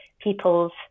people's